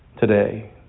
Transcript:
today